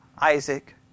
Isaac